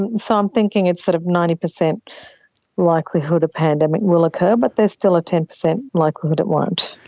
and so i'm thinking it's sort of ninety percent likelihood a pandemic will occur, but there's still a ten percent likelihood it won't.